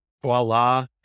voila